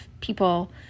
people